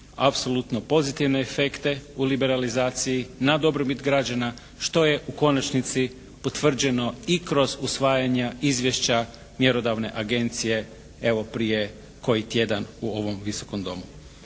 apsolutno pozitivne efekte u liberalizaciji na dobrobit građana što je u konačnici utvrđeno i kroz usvajanja izvješća mjerodavne agencije evo prije koji tjedan u ovom Visokom domu.